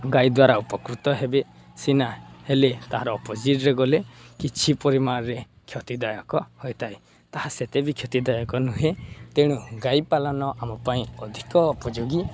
ଗାଈ ଦ୍ୱାରା ଉପକୃତ ହେବେ ସିନା ହେଲେ ତା'ର ଅପୋଜିଟ୍ରେ ଗଲେ କିଛି ପରିମାଣରେ କ୍ଷତିଦାୟକ ହୋଇଥାଏ ତାହା ସେତେ ବି କ୍ଷତିଦାୟକ ନୁହେଁ ତେଣୁ ଗାଈ ପାଳନ ଆମ ପାଇଁ ଅଧିକ ଉପଯୋଗୀ